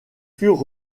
furent